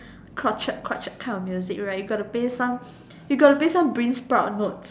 crochet crochet kind of music right like you got to play some you got to play some beansprout notes